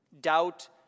Doubt